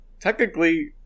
technically